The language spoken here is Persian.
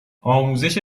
آموزش